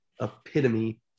epitome